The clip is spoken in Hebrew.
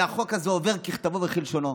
והחוק הזה עובר ככתבו וכלשונו.